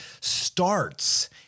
starts